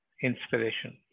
inspiration